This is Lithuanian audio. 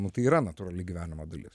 nu tai yra natūrali gyvenimo dalis